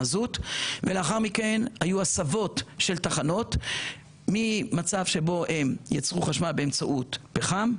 ולאחר מכן היו הסבות של תחנות ממצב שבו יצרו חשמל באמצעות פחם,